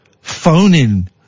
phoning